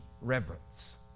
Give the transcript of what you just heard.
reverence